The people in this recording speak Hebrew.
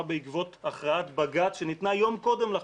בעקבות הכרעת בג"צ שניתנה יום קודם לכן,